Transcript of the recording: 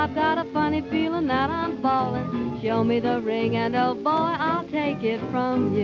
got a funny feeling that i'm falling show me the ring and oh boy i'll take it from